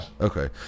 Okay